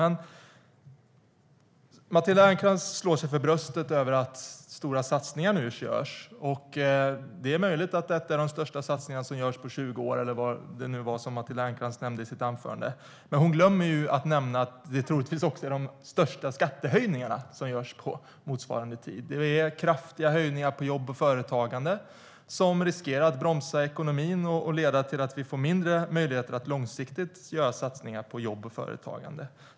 Matilda Ernkrans slår sig för bröstet över att stora satsningar nu görs. Det är möjligt att dessa är de största satsningar som gjorts på 20 år, eller vad det nu var som Matilda Ernkrans nämnde i sitt anförande. Men hon glömmer att nämna att det troligtvis också är de största skattehöjningarna som görs på motsvarande tid. Det är kraftiga höjningar på jobb och företagande som riskerar att bromsa ekonomin och leda till att vi får mindre möjligheter att långsiktigt göra satsningar på jobb och företagande.